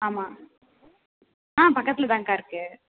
ஆமாம் ஆ பக்கத்தில் தான்க்கா இருக்கு